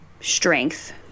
strength